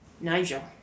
Nigel